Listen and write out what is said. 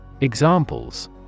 Examples